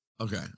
Okay